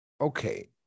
okay